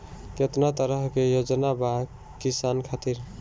केतना तरह के योजना बा किसान खातिर?